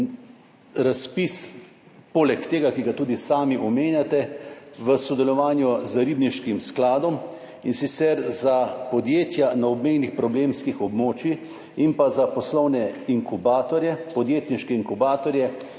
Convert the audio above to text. razpis, poleg tega, ki ga tudi sami omenjate, v sodelovanju z Ribniškim skladom, in sicer za podjetja na obmejnih problemskih območjih in za poslovne inkubatorje, podjetniške inkubatorje